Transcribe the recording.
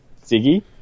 Ziggy